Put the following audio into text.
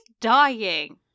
dying